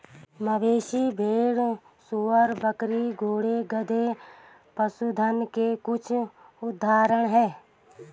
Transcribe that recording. मवेशी, भेड़, सूअर, बकरी, घोड़े, गधे, पशुधन के कुछ उदाहरण हैं